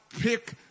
pick